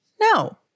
no